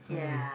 ya